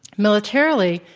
militarily,